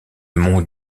mont